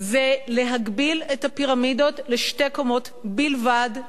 להגביל את הפירמידות לשתי קומות בלבד,